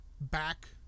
back